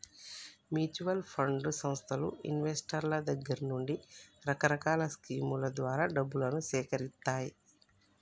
mutual fund సంస్థలు ఇన్వెస్టర్ల దగ్గర నుండి రకరకాల స్కీముల ద్వారా డబ్బును సేకరిత్తాయి